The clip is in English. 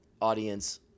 audience